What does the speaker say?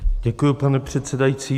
Děkuji, pane předsedající.